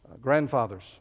grandfathers